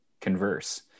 converse